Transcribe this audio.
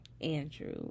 Andrew